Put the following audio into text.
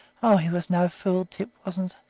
oh, he was no fool, tip wasn't,